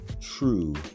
true